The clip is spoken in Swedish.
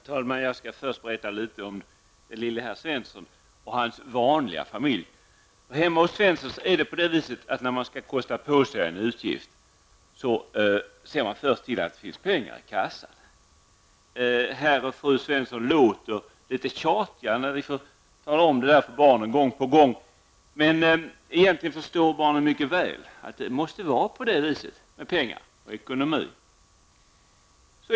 Herr talman! Först skall jag berätta litet grand om lille herr Svensson och hans vanliga familj. Hemma hos Svenssons är det på det viset att man, när man skall kosta på sig en utgift, först ser till att det finns pengar i kassan. Herr och fru Svensson låter litet tjatiga när de får tala om detta för barnen gång på gång. Men egentligen förstår barnen mycket väl att det måste vara på det viset när det gäller pengar och ekonomi.